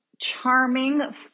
charming